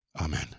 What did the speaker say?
Amen